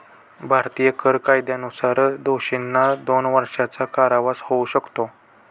भारतीय कर कायद्यानुसार दोषींना दोन वर्षांचा कारावास होऊ शकतो